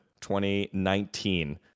2019